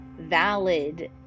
valid